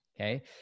okay